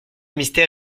mystère